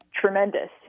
tremendous